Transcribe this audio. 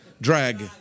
Drag